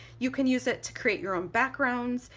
you can use it to create your own backgrounds,